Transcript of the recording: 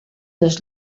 dels